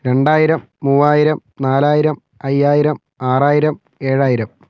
രണ്ടായിരം മൂവായിരം നാലായിരം അയ്യായിരം ആറായിരം ഏഴായിരം